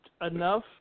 enough